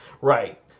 right